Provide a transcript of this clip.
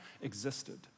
existed